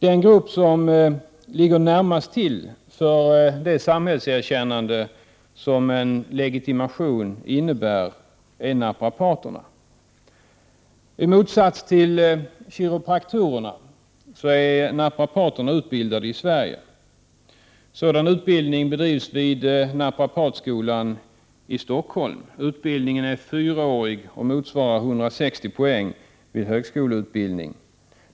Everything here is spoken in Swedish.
Den grupp som ligger närmast till för det samhällserkännande som en legitimation innebär är naprapaterna. I motsats till kiropraktorerna är naprapaterna utbildade i Sverige. Sådan utbildning bedrivs vid naprapatskolan i Stockholm. Utbildningen är fyraårig och motsvarar 160 poäng vid högskoleutbildning.